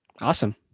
Awesome